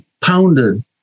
pounded